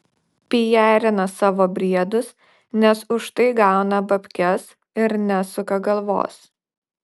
pijarina savo briedus nes už tai gauna babkes ir nesuka galvos